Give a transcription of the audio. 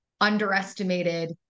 underestimated